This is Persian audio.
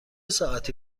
ساعتی